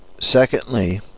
secondly